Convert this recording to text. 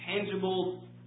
tangible